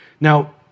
Now